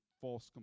false